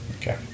okay